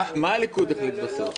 מה הליכוד החליט בסוף?